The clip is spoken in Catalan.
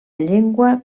llengua